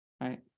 Right